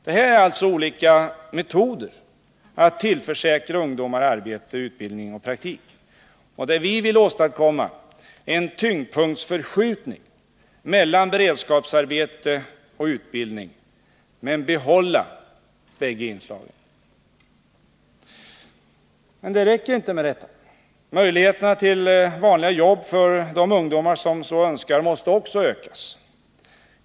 Det här är alltså olika metoder att tillförsäkra ungdomar arbete, utbildning och praktik, där vi vill åstadkomma en tyngdpunktsförskjutning mellan beredskapsarbete och utbildning men behålla bägge inslagen. Men det räcker inte med detta. Möjligheterna att få vanliga jobb för de ungdomar som så önskar måste också ökas.